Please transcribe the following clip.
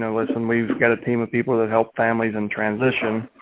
and listen, we've got a team of people that help family and transition.